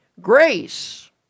Grace